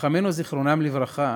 חכמינו זיכרונם לברכה